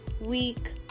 week